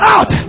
Out